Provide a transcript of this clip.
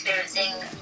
experiencing